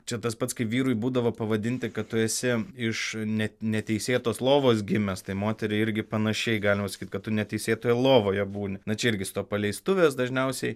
čia tas pats kaip vyrui būdavo pavadinti kad tu esi iš ne neteisėtos lovos gimęs tai moteriai irgi panašiai galima sakyti kad tu neteisėtoje lovoje būni na čia irgi su tuo paleistuvės dažniausiai